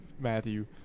Matthew